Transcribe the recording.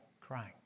crying